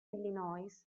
illinois